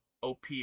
op